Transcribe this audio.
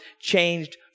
changed